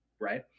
right